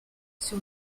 sur